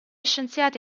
scienziati